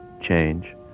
change